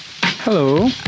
hello